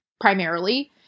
primarily